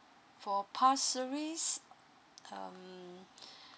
for pasir ris um